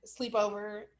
sleepover